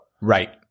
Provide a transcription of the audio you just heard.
Right